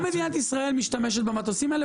משתמשת במטוסים האלה,